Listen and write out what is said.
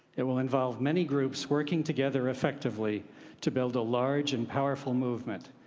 it will involve many groups working together effectively to build a large and powerful movement.